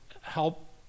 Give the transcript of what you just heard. help